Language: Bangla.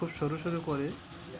খুব সরু সরু করে